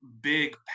big